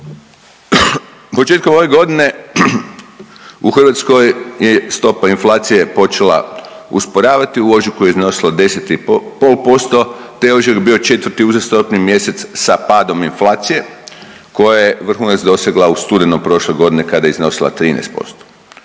Početkom ove godine u Hrvatskoj je stopa inflacije počela usporavati, u ožujku je iznosila 10,5% te je ožujak bio 4. uzastopni mjesec sa padom inflacije koja je vrhunac dosegla u studenom prošle godine kada je iznosila 13%.